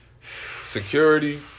security